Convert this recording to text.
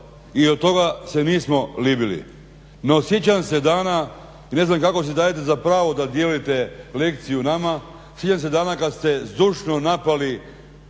I od toga se nismo libili. No sjećam se dana i ne znam kako si dajete za pravo da dijelite lekciju nama, sjećam se dana kada ste zdušno napali